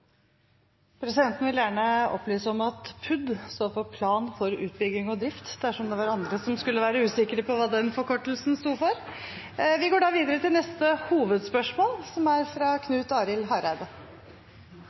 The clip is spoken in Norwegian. Presidenten vil gjerne få opplyse om at PUD står for Plan for utbygging og drift, dersom det var andre som skulle være usikre på hva den forkortelsen står for. Vi går videre til neste hovedspørsmål. Eg fortset i den rekkja som